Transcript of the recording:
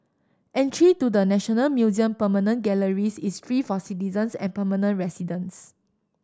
entry to the National Museum permanent galleries is free for citizens and permanent residents